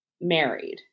married